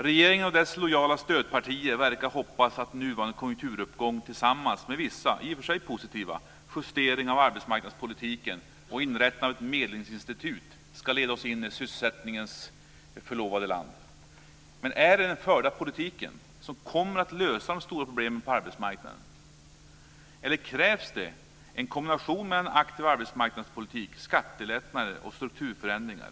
Regeringen och dess lojala stödpartier verkar hoppas att nuvarande konjunkturuppgång tillsammans med vissa, i och för sig positiva, justeringar av arbetsmarknadspolitiken och inrättande av ett medlingsinstitut ska leda oss in i den fulla sysselsättningens förlovade land. Men är det den förda politiken som kommer att lösa de stora problemen på arbetsmarknaden? Eller krävs det en kombination av en aktiv arbetsmarknadspolitik, skattelättnader och strukturförändringar?